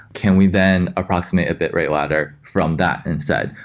can we then approximate a bitrate ladder from that instead?